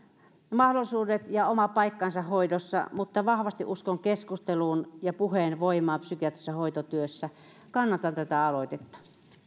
mahdollisuudet ja oma paikkansa hoidossa mutta vahvasti uskon keskustelun ja puheen voimaan psykiatrisessa hoitotyössä kannatan tätä aloitetta